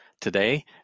today